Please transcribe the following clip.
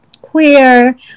queer